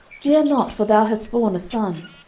fear not for thou hast born a son.